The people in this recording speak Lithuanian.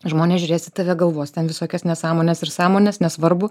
žmonės žiūrės į tave galvos ten visokias nesąmones ir sąmones nesvarbu